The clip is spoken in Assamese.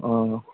অঁ